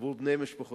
עבור בני משפחותיהם,